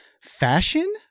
fashion